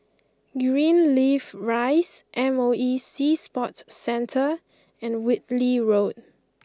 Greenleaf Rise M O E Sea Sports Centre and Whitley Road